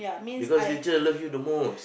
because teacher love you the most